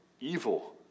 evil